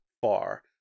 far